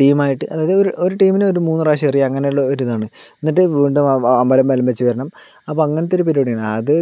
ടീമായിട്ട് അതായത് ഒരു ടീമിനു ഒരു മൂന്ന് പ്രാവശ്യം എറിയാം അങ്ങനെയുള്ള ഒരിതാണ് എന്നിട്ട് വീണ്ടും അമ്പലം വലം വച്ച് വരണം അപ്പം അങ്ങനത്തെ ഒരു പരിപാടിയാണ് അത്